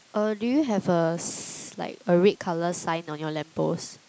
uh do you have a s~ like a red colour sign on your lamppost